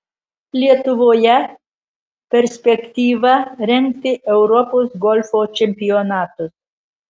lietuvoje perspektyva rengti europos golfo čempionatus